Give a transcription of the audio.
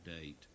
date